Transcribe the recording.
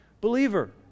believer